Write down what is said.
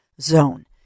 zone